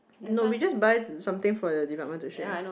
no we just buy something for the department to share